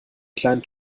kleinen